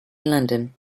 london